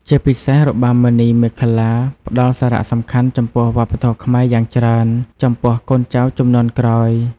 ជាពិសេសរបាំមុនីមាឃលា ផ្តល់សារសំខាន់ចំពោះវប្បធម៌ខ្មែរយ៉ាងច្រើនចំពោះកូនចៅជំនាន់ក្រោយ។